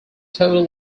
total